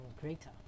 greater